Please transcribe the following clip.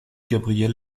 gabriel